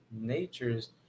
natures